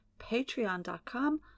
patreon.com